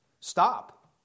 Stop